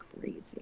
crazy